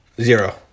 Zero